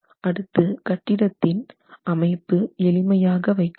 அடுத்து கட்டிடத்தின் அமைப்பு எளிமையாக வைக்க வேண்டும்